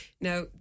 Now